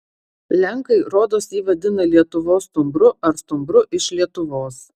lenkai rodos jį vadina lietuvos stumbru ar stumbru iš lietuvos